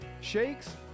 shakes